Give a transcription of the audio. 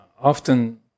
often